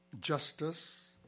justice